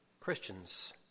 Christians